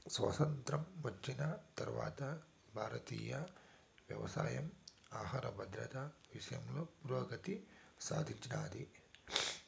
స్వాతంత్ర్యం వచ్చిన తరవాత భారతీయ వ్యవసాయం ఆహర భద్రత విషయంలో పురోగతిని సాధించినాది